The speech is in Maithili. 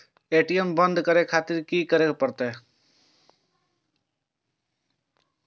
ए.टी.एम बंद करें खातिर की करें परतें?